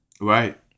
Right